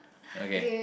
okay